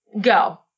Go